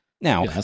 Now